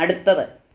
അടുത്തത്